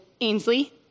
Ainsley